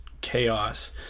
chaos